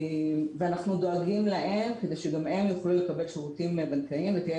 אנחנו דואגים להם כדי שגם הם יוכלו לקבל שירותים בנקאיים ותהיה